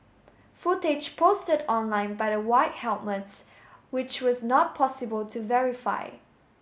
footage posted online by the White Helmets which was not possible to verify